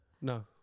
No